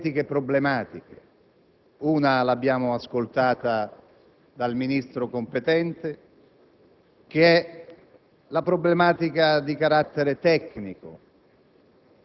capitale, riscopre due autentiche problematiche; una l'abbiamo ascoltata dal Ministro competente,